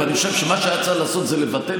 ואני חושב שמה שהיה צריך לעשות זה לבטל